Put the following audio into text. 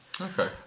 Okay